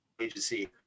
agency